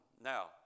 Now